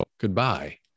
goodbye